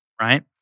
right